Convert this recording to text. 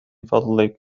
فضلك